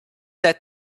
that